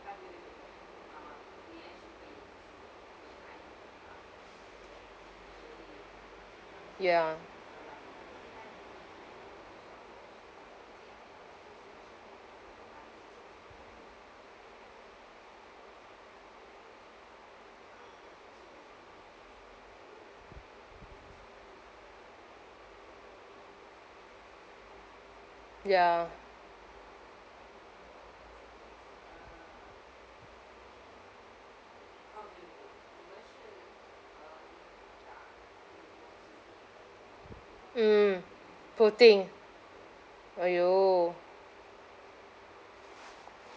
ya ya mm poor thing !aiyo!